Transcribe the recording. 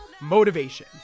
motivation